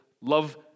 love